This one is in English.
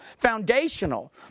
foundational